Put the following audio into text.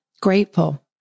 grateful